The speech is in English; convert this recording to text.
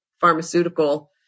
pharmaceutical